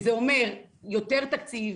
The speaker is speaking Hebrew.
זה אומר יותר תקציב,